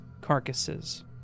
carcasses